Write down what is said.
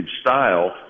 style